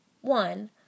One